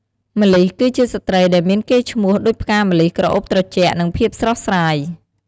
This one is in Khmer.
ម្លិះ គឺជាស្ត្រីដែលមានកេរ្តិ៍ឈ្មោះដូចផ្កាម្លិះ ក្រអូបត្រជាក់ និងភាពស្រស់ស្រាយ។